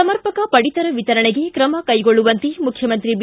ಸಮರ್ಪಕ ಪಡಿತರ ವಿತರಣೆಗೆ ತ್ರಮ ಕೈಗೊಳ್ಳುವಂತೆ ಮುಖ್ಯಮಂತ್ರಿ ಬಿ